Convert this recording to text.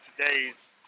today's